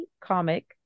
comic